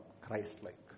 Christ-like